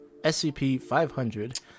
SCP-500